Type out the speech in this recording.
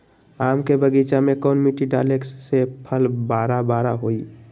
आम के बगीचा में कौन मिट्टी डाले से फल बारा बारा होई?